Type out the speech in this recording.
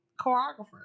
choreographer